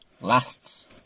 lasts